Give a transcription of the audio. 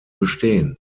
bestehen